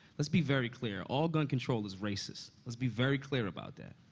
let's be very clear. all gun control is racist. let's be very clear about that,